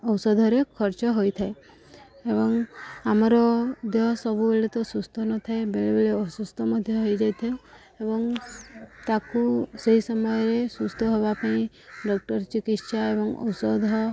ଔଷଧରେ ଖର୍ଚ୍ଚ ହୋଇଥାଏ ଏବଂ ଆମର ଦେହ ସବୁବେଳେ ତ ସୁସ୍ଥ ନଥାଏ ବେଳେ ବେଳେ ଅସୁସ୍ଥ ମଧ୍ୟ ହେଇଯାଇଥାଏ ଏବଂ ତାକୁ ସେହି ସମୟରେ ସୁସ୍ଥ ହେବା ପାଇଁ ଡକ୍ଟର ଚିକିତ୍ସା ଏବଂ ଔଷଧ